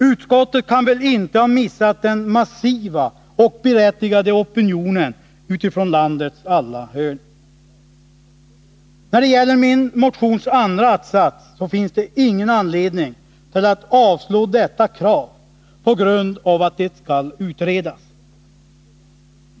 Utskottet kan väl inte ha missat den massiva och berättigade opinionen utifrån landets alla hörn. När det gäller min motions andra att-sats, finns det ingen anledning att avslå detta krav på grund av att det skall utredas.